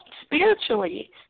spiritually